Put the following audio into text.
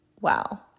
wow